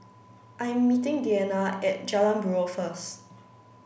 I am meeting Deana at Jalan Buroh first